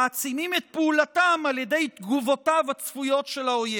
מעצימים את פעולתם על ידי תגובותיו הצפויות של האויב.